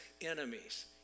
enemies